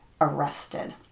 arrested